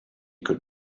could